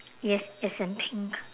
yes it's in pink